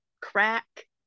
crack